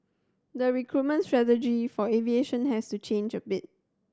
the recruitment strategy for aviation has to change a bit